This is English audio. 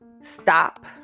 stop